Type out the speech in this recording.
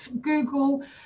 Google